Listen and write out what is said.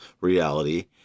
reality